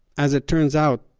as it turns out,